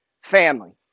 Family